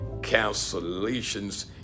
cancellations